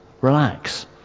Relax